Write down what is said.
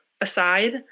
aside